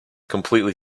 completely